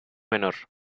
menor